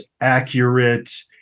accurate